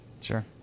Sure